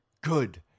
Good